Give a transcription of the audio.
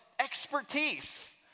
expertise